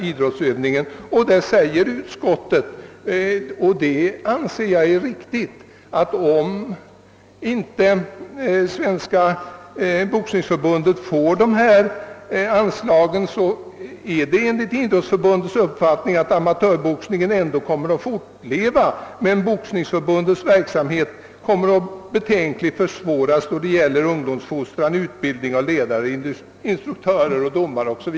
Utskottet skriver också helt riktigt att om inte Svenska boxningsförbundet får ifrågavarande anslag »innebär detta enligt riksidrottsförbundets uppfattning att amatörboxningen ändå kommer att fortleva men att Boxningsförbundets verksamhet betänkligt försvåras då det gäller ungdomsfostran, utbildning av ledare, instruktörer och domare».